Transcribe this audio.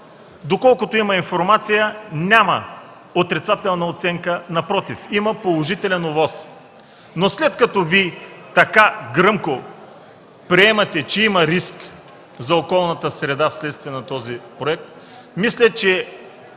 Доколкото има информация, няма отрицателна оценка, а напротив – има положителен ОВОС. След като Вие така гръмко приемате, че има риск за околната среда вследствие на този проект, мисля, че